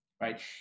right